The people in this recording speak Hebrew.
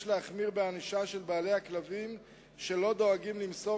יש להחמיר בענישה של בעלי הכלבים שלא דואגים למסור